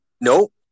Nope